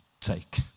take